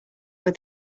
when